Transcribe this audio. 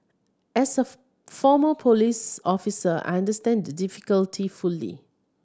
as a former police officer I understand the difficulty fully